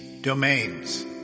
domains